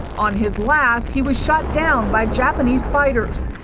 on his last, he was shot down by japanese fighters.